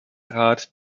rat